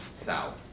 south